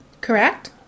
Correct